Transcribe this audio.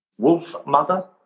Wolfmother